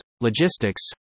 logistics